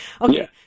Okay